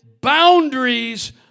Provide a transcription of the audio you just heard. boundaries